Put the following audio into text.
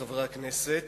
חברי הכנסת,